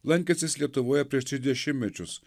lankęsis lietuvoje prieš tris dešimtmečius